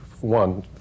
one